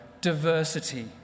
diversity